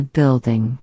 building